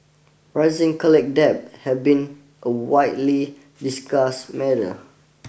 rising college debt has been a widely discuss matter